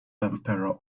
emperor